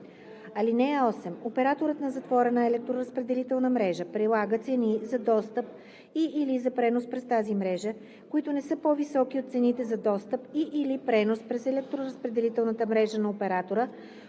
мрежа. (8) Операторът на затворена електроразпределителна мрежа прилага цени за достъп и/или за пренос през тази мрежа, които не са по-високи от цените за достъп и/или пренос през електроразпределителната мрежа на оператора,